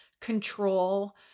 control